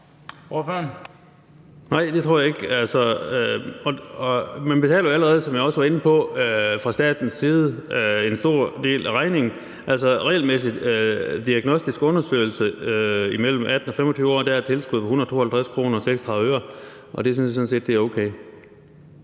Nej, det tror jeg ikke. Man betaler jo allerede, som jeg også var inde på, fra statens side en stor del af regningen. Regelmæssig diagnostisk undersøgelse imellem 18 og 25 år er der et tilskud til på 152,36 kr. Det synes jeg sådan set er okay.